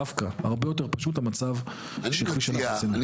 דווקא הרבה יותר פשוט המצב שהוא כפי שאנחנו רוצים שיהיה.